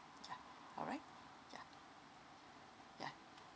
yeah alright yeah yeah